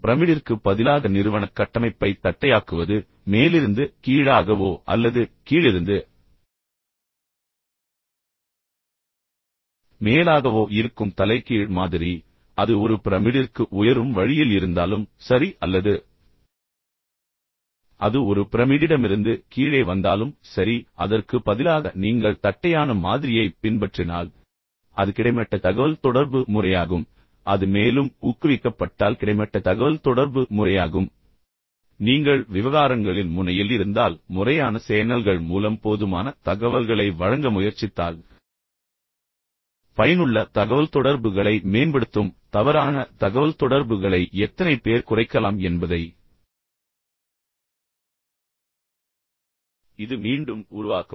பிரமிடிற்குப் பதிலாக நிறுவனக் கட்டமைப்பைத் தட்டையாக்குவது மேலிருந்து கீழாகவோ அல்லது கீழிருந்து மேலாகவோ இருக்கும் தலைகீழ் மாதிரி அது ஒரு பிரமிடிற்கு உயரும் வழியில் இருந்தாலும் சரி அல்லது அது ஒரு பிரமிடிடமிருந்து கீழே வந்தாலும் சரி அதற்கு பதிலாக நீங்கள் தட்டையான மாதிரியைப் பின்பற்றினால் அது கிடைமட்ட தகவல்தொடர்பு முறையாகும் அது மேலும் ஊக்குவிக்கப்பட்டால் கிடைமட்ட தகவல்தொடர்பு முறையாகும் எனவே நீங்கள் விவகாரங்களின் முனையில் இருந்தால் முறையான சேனல்கள் மூலம் போதுமான தகவல்களை வழங்க முயற்சித்தால் பயனுள்ள தகவல்தொடர்புகளை மேம்படுத்தும் தவறான தகவல்தொடர்புகளை எத்தனை பேர் குறைக்கலாம் என்பதை இது மீண்டும் உருவாக்கும்